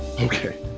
Okay